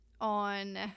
on